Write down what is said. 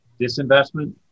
disinvestment